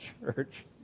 church